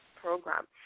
Program